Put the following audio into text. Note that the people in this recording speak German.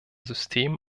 system